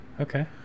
Okay